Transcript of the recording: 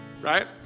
right